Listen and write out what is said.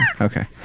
Okay